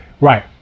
right